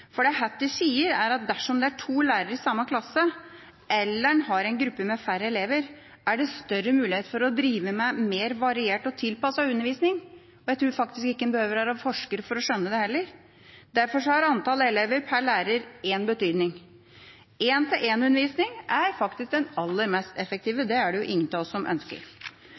For det Hattie sier, er at dersom det er to lærere i samme klasse, eller man har en gruppe med færre elever, er det større muligheter for å drive med mer variert og tilpasset undervisning. Jeg tror faktisk ikke man trenger å være forsker for å skjønne det heller. Derfor har antall elever per lærer en betydning. En-til-en-undervisning er faktisk det aller mest effektive – men det er det ingen av oss som ønsker.